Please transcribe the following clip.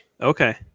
Okay